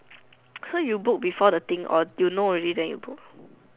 so you book before the thing or you know already then you book